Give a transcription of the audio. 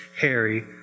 Harry